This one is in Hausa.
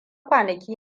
kwanaki